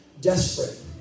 desperate